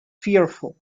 fearful